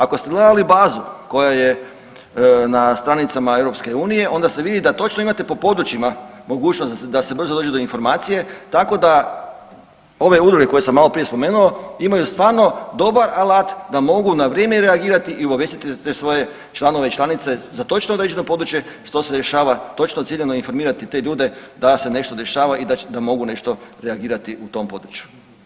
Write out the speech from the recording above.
Ako ste gledali bazu koja je na stranicama EU onda se vidi da točno imate po područjima mogućnost da se brzo dođe do informacije, tako da ove udruge koje sam maloprije spomenuo imaju stvarno dobar alat da mogu na vrijeme reagirati i obavijestiti te svoje članove i članice za točno određeno područje što se dešava i točno ciljano informirati te ljude da se nešto dešava i da mogu nešto reagirati u tom području.